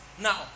Now